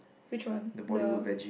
which one the